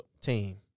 team